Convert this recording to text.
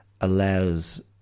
allows